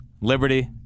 liberty